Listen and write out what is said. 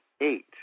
eight